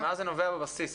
ממה זה נובע בבסיס?